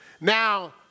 Now